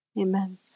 Amen